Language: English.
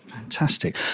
Fantastic